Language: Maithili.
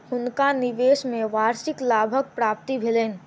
हुनका निवेश में वार्षिक लाभक प्राप्ति भेलैन